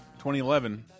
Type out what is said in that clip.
2011